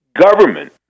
Government